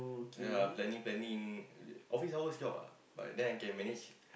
ya planning planning office hours job ah but then I can manage